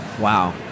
Wow